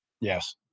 Yes